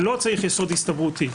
לא צריך יסוד הסתברותי,